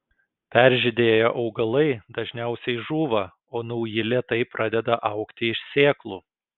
peržydėję augalai dažniausiai žūva o nauji lėtai pradeda augti iš sėklų